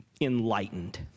enlightened